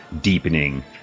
deepening